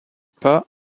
pas